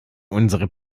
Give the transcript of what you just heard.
unsere